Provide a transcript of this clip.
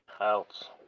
else